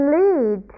lead